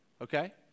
Okay